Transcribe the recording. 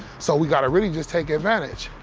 so we gotta really just take advantage.